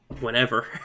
Whenever